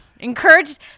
encouraged